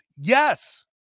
Yes